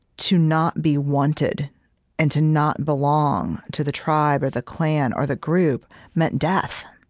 to not be wanted and to not belong to the tribe or the clan or the group meant death.